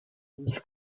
was